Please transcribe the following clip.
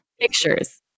Pictures